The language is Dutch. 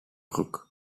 broek